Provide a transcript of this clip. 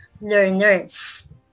learners